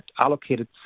allocated